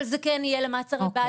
אבל זה כן יהיה למעצרי בית,